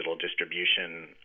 distribution